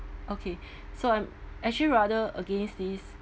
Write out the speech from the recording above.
okay so I'm actually rather against this